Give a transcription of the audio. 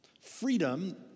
Freedom